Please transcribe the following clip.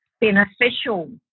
beneficial